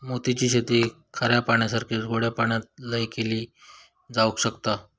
मोती ची शेती खाऱ्या पाण्यासारखीच गोड्या पाण्यातय केली जावक शकता